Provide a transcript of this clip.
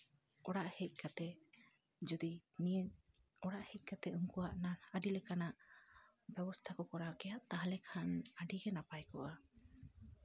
ᱚᱲᱟᱜ ᱦᱮᱡ ᱠᱟᱛᱮᱫ ᱡᱩᱫᱤ ᱱᱤᱭᱟᱹ ᱚᱲᱟᱜ ᱦᱮᱡ ᱠᱟᱛᱮᱫ ᱩᱱᱠᱩᱣᱟᱜ ᱟᱹᱰᱤ ᱞᱮᱠᱟᱱᱟᱜ ᱵᱮᱵᱚᱥᱛᱷᱟ ᱠᱚ ᱠᱚᱨᱟᱣ ᱜᱮᱭᱟ ᱛᱟᱦᱞᱮ ᱠᱷᱟᱱ ᱟᱹᱰᱤᱜᱮ ᱱᱟᱯᱟᱭ ᱠᱚᱜᱼᱟ